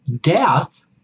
death